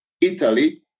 Italy